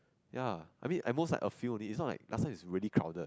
ya I mean at most like a few only it's not like last time it's really crowded